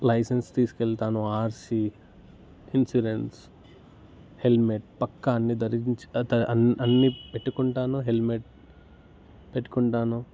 licence తీసుకొని వెళతాను RC insurance helmet పక్కా అన్నీ ధరించి అన్నీ పెట్టుకుంటాను హెల్మెట్ పెట్టుకుంటాను